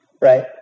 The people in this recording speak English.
right